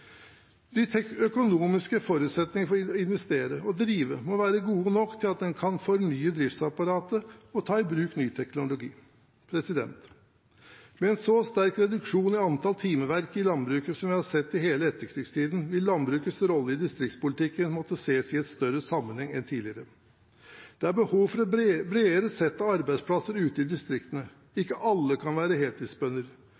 De økonomiske forutsetningene for å investere og drive må være gode nok til at en kan fornye driftsapparatet og ta i bruk ny teknologi. Med en så sterk reduksjon i antall timeverk i landbruket som vi har sett i hele etterkrigstiden, vil landbrukets rolle i distriktspolitikken måtte ses i en større sammenheng enn tidligere. Det er behov for et bredere sett av arbeidsplasser ute i distriktene